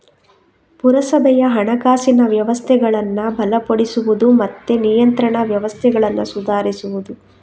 ಪುರಸಭೆಯ ಹಣಕಾಸಿನ ವ್ಯವಸ್ಥೆಗಳನ್ನ ಬಲಪಡಿಸುದು ಮತ್ತೆ ನಿಯಂತ್ರಣ ವ್ಯವಸ್ಥೆಗಳನ್ನ ಸುಧಾರಿಸುದು